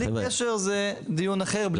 זה דיון אחר.